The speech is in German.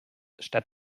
statt